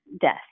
death